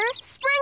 Spring